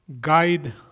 guide